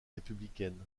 républicaine